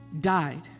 died